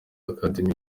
academy